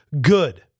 good